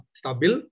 stabil